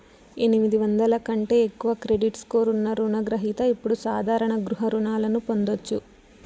ఎనిమిది వందల కంటే ఎక్కువ క్రెడిట్ స్కోర్ ఉన్న రుణ గ్రహిత ఇప్పుడు సాధారణ గృహ రుణాలను పొందొచ్చు